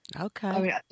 Okay